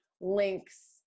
links